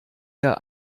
ihr